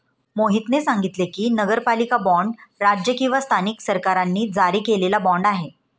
मोहितने सांगितले की, नगरपालिका बाँड राज्य किंवा स्थानिक सरकारांनी जारी केलेला बाँड आहे